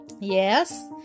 Yes